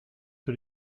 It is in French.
que